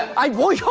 i won't